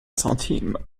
centimes